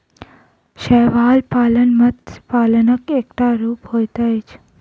शैवाल पालन मत्स्य पालनक एकटा रूप होइत अछि